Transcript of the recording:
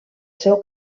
seu